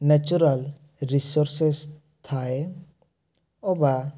natural resources ଥାଏ ଅବା